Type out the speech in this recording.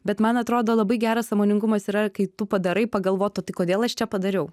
bet man atrodo labai geras sąmoningumas yra kai tu padarai pagalvot o tai kodėl aš čia padariau